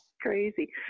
crazy